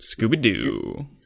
Scooby-Doo